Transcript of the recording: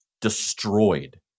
destroyed